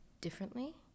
differently